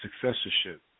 successorship